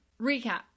recap